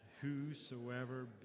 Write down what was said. Whosoever